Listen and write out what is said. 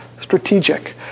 Strategic